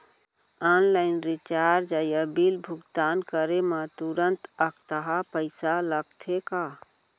Online recharge या bill भुगतान करे मा तुरंत अक्तहा पइसा लागथे का?